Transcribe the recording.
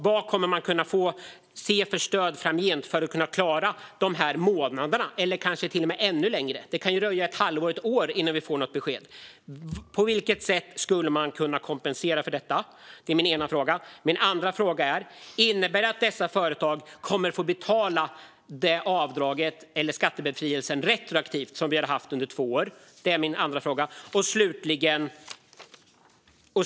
Vad kommer man att få för stöd framgent för att klara dessa månader eller mer - det kan ju dröja ett halvår eller ett år innan vi får besked? På vilket sätt skulle man kunna kompensera för detta? Jag har ytterligare en fråga: Innebär detta att dessa företag kommer att få betala för avdraget eller skattebefrielsen retroaktivt? Vi har ju haft detta under två år.